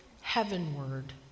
heavenward